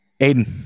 Aiden